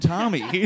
Tommy